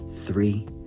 three